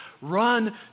run